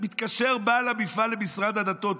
מתקשר בעל המפעל למשרד הדתות.